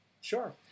sure